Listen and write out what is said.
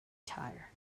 tire